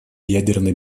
ядерной